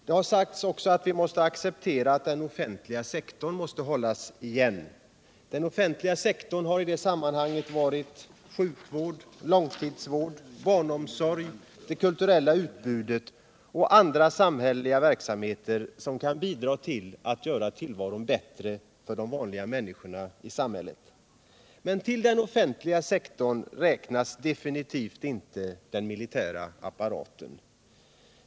Det har också sagts att vi måste acceptera att den offentliga sektorn hålls igen. Den offentliga sektorn har i det sammanhanget varit sjukvård, långtidsvård, barnomsorg, det kulturella utbudet och andra samhälleliga verksamheter som kan bidra till att göra tillvaron bättre för de vanliga människorna i samhället. Men till den offentliga sektorn räknas definitivt inte den militära apparaten.